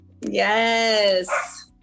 Yes